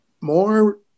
more